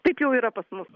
taip jau yra pas mus